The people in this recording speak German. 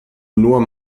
nur